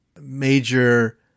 major